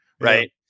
Right